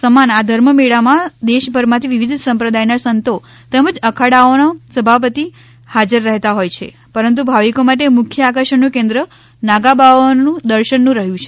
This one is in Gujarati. સમાન આ ધર્મ મેળામાં દેશભરમાંથી વિવિધ સંપ્રદાયના સંતો તેમજ અખાડાઓના સભાપતિબહાજર રહેતા હોય છે પરંતુ ભાવિકો માટે મુખ્ય આકર્ષણનું કેન્દ્ર નાગાબાવાઓના દર્શન નું રહ્યું છે